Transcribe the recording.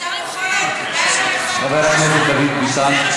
חבר הכנסת דוד ביטן.